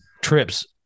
trips